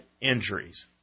injuries